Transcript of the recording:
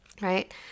right